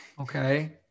okay